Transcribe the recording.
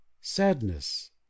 sadness